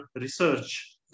research